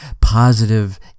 positive